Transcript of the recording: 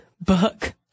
book